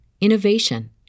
innovation